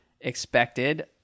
expected